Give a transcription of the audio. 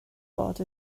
bod